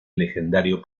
legendario